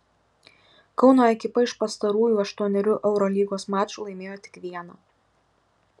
kauno ekipa iš pastarųjų aštuonerių eurolygos mačų laimėjo tik vieną